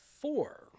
four